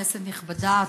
כנסת נכבדה,